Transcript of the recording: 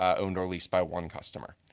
owned or leased by one customer.